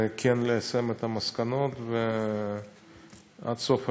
וכן ליישם את המסקנות, עד סוף השנה,